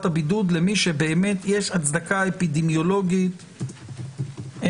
הבידוד למי שבאמת יש הצדקה אפידמיולוגית משמעותית.